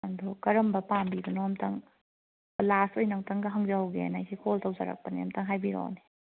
ꯑꯗꯣ ꯀꯔꯝꯕ ꯄꯥꯝꯕꯤꯗꯣꯏꯅꯣ ꯑꯝꯇꯪ ꯂꯥꯁ ꯑꯣꯏꯅ ꯑꯝꯇꯪꯒ ꯍꯪꯖꯍꯧꯒꯦꯅ ꯑꯩꯁꯦ ꯀꯣꯜ ꯇꯧꯖꯔꯛꯄꯅꯦ ꯑꯝꯇ ꯍꯥꯏꯕꯤꯔꯛꯑꯣꯅꯦ